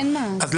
אז,